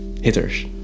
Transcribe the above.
hitters